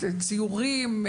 ציורים,